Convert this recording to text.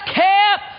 camp